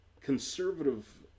conservative